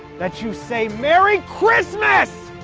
that you say merry christmas!